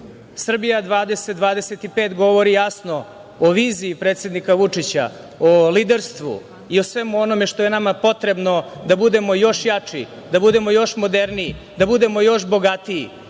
"Srbija 2020.-2025." govori jasno o viziji predsednika Vučića, o liderstvu i o svemu onome što je nama potrebno da budemo još jači, da budemo još moderniji, da budemo još bogatiji